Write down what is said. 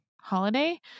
holiday